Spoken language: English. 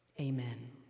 Amen